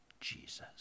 Jesus